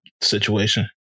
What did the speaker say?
situation